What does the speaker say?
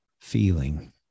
feeling